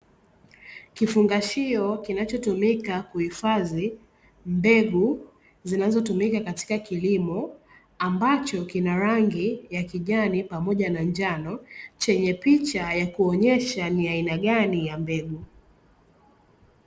Kifungashio kinachotumika kuhifadhia mbegu zinazotumika katika kilimo, ambacho kina rangi ya kijani pamoja na njano, chenye picha ya kuonyesha ni aina gani ya mbegu.